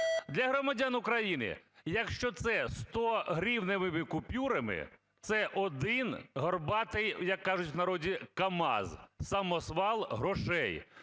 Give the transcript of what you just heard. Для громадян України, якщо це 100-гривневими купюрами – це 1 горбатий, як кажуть в народі, "КамАЗ", самосвал грошей.